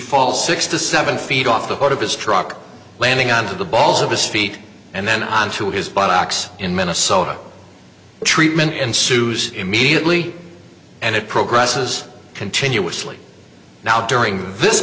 fall six to seven feet off the heart of his truck landing onto the balls of his feet and then onto his box in minnesota treatment ensues immediately and it progresses continuously now during this